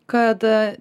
kad a